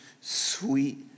sweet